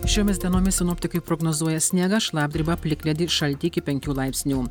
šiomis dienomis sinoptikai prognozuoja sniegą šlapdribą plikledį šaltį iki penkių laipsnių